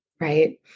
right